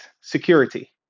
security